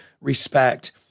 respect